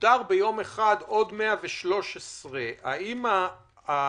ואותרו ביום אחד עוד 113. האם ה-2,390